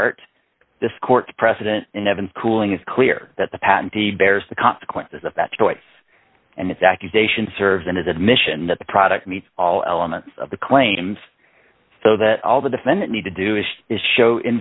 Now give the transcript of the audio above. art this court precedent in evans cooling it's clear that the patent he bears the consequences of that choice and it's accusation serves in his admission that the product meets all elements of the claims so that all the defendant need to do is show in